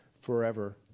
forever